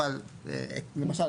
למשל,